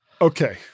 Okay